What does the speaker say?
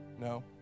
no